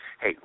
hey